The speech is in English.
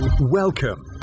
Welcome